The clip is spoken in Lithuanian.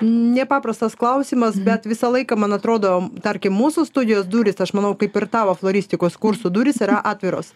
nepaprastas klausimas bet visą laiką man atrodo tarkim mūsų studijos durys aš manau kaip ir tavo floristikos kursų durys yra atviros